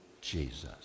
Jesus